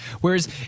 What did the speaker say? Whereas